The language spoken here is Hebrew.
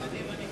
בימים האחרונים